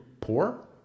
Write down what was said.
poor